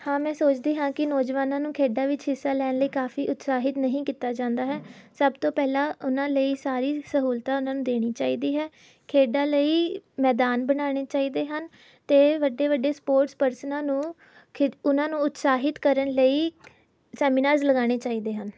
ਹਾਂ ਮੈਂ ਸੋਚਦੀ ਹਾਂ ਕਿ ਨੌਜਵਾਨਾਂ ਨੂੰ ਖੇਡਾਂ ਵਿੱਚ ਹਿੱਸਾ ਲੈਣ ਲਈ ਕਾਫ਼ੀ ਉਤਸ਼ਾਹਿਤ ਨਹੀਂ ਕੀਤਾ ਜਾਂਦਾ ਹੈ ਸਭ ਤੋਂ ਪਹਿਲਾਂ ਉਹਨਾਂ ਲਈ ਸਾਰੀ ਸਹੂਲਤਾਂ ਉਹਨਾਂ ਨੂੰ ਦੇਣੀ ਚਾਹੀਦੀ ਹੈ ਖੇਡਾਂ ਲਈ ਮੈਦਾਨ ਬਣਾਉਣੇ ਚਾਹੀਦੇ ਹਨ ਅਤੇ ਵੱਡੇ ਵੱਡੇ ਸਪੋਟਸ ਪਰਸਨਾਂ ਨੂੰ ਖਿ ਉਹਨਾਂ ਨੂੰ ਉਤਸ਼ਾਹਿਤ ਕਰਨ ਲਈ ਸੈਮੀਨਾਰਸ ਲਗਾਉਣੇ ਚਾਹੀਦੇ ਹਨ